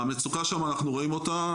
המצוקה שם, אנחנו רואים אותה.